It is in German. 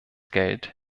geld